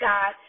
God